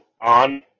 on